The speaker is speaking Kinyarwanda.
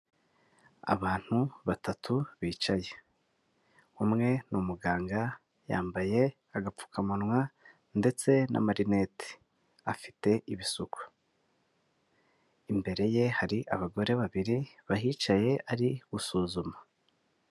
Abantu batatu bicaye, umwe ni umuganga yambaye agapfukamunwa ndetse n'amarinete afite ibisuko. Imbere ye hari abagore babiri bahicaye ari gusuzuma.